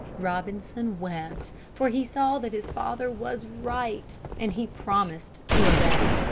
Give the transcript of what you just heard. robinson wept, for he saw that his father was right, and he promised to obey.